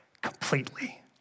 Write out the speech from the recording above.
completely